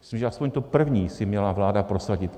Myslím, že aspoň to první si měla vláda prosadit.